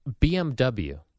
BMW